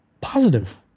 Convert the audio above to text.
positive